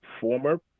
former